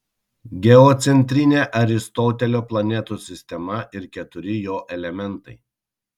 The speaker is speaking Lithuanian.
geocentrinė aristotelio planetų sistema ir keturi jo elementai